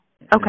Okay